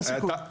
אין סיכוי.